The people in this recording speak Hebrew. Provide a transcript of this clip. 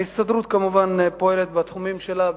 ההסתדרות כמובן פועלת בתחומים שלה,